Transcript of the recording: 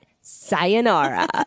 sayonara